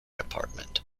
apartment